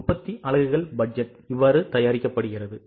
உற்பத்தி அலகுகள் பட்ஜெட் இவ்வாறு தயாரிக்கப்படுகிறது